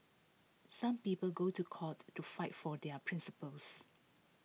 some people go to court to fight for their principles